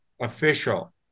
official